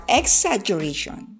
exaggeration